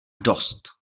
dost